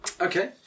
Okay